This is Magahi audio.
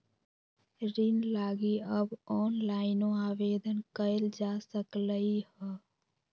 ऋण लागी अब ऑनलाइनो आवेदन कएल जा सकलई ह